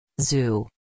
Zoo